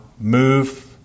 move